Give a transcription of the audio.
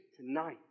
tonight